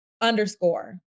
underscore